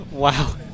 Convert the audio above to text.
Wow